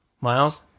Miles